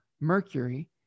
Mercury